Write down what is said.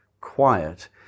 quiet